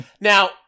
Now